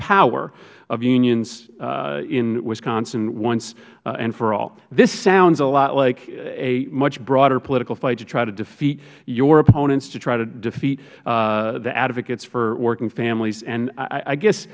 power of unions in wisconsin once and for all this sounds a lot like a much broader political play to try to defeat your opponents to try to defeat the advocates for working families and i guess